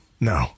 No